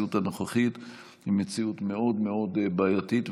שהמציאות הנוכחית היא מאוד בעייתית,